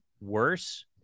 worse